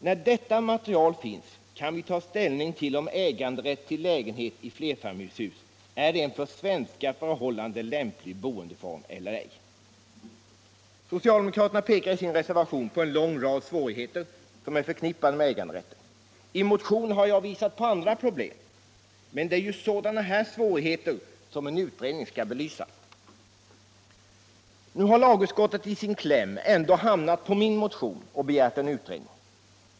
När detta material finns, kan vi ta ställning till om äganderätt till lägenhet i flerfamiljshus är en för svenska förhållanden lämplig boendeform eller ej. Socialdemokraterna pekar i sin reservation på en lång rad svårigheter som är förknippade med äganderätten. I motionen har jag visat på andra problem. Men det är ju sådana här svårigheter som en utredning skall belysa. Nu har lagutskottet i sin kläm ändå hamnat på min motion och begärt en utredning.